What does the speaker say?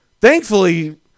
Thankfully